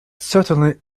certainly